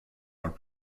are